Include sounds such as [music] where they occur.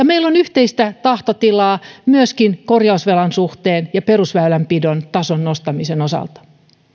[unintelligible] meillä on yhteistä tahtotilaa myöskin korjausvelan suhteen ja perusväylänpidon tason nostamisen osalta